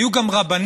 היו גם רבנים